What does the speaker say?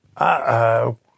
Uh-oh